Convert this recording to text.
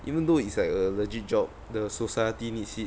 even though it's like a legit job the society needs it